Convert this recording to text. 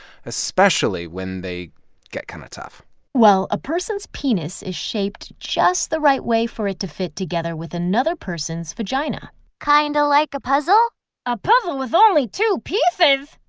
especially when they get kind of tough well, a person's penis is shaped just the right way for it to fit together with another person's vagina kind of like a puzzle a puzzle with only two pieces?